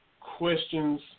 questions